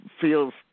feels